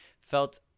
felt